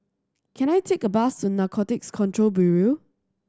can I take a bus to Narcotics Control Bureau